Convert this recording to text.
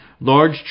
large